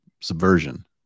subversion